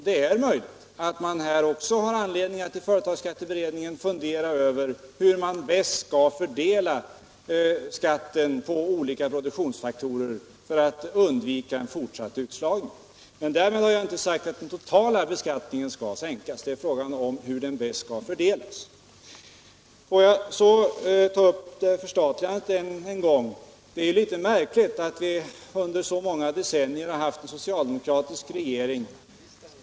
Det är möjligt att företagsskatteberedningen har anledning att fundera över hur man bäst skall fördela skatten på olika produktionsfaktorer för att undvika en fortsatt utslagning. Därmed har jag inte sagt att den totala beskattningen skall sänkas. Det är fråga om hur den bäst skall fördelas. Får jag så än en gång ta upp förstatligandet. Vi har under många decennier haft en socialdemokratisk regering.